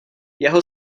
jeho